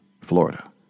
Florida